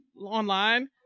online